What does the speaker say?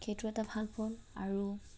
সেইটো এটা ভাল ফল আৰু